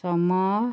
ସମ